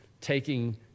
taking